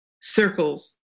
circles